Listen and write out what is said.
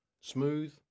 smooth